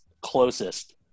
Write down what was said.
closest